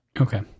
okay